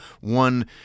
one